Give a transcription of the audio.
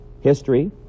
history